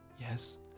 Yes